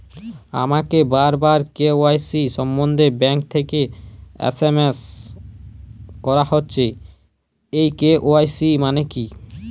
আমাকে বারবার কে.ওয়াই.সি সম্বন্ধে ব্যাংক থেকে এস.এম.এস করা হচ্ছে এই কে.ওয়াই.সি মানে কী?